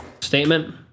statement